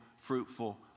fruitful